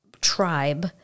tribe